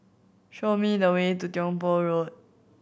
show me the way to Tiong Poh Road